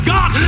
God